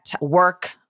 work